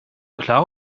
klar